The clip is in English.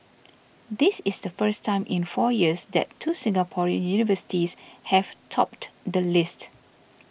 this is the first time in four years that two Singaporean universities have topped the list